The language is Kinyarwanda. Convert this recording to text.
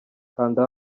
kanda